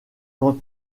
quand